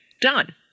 done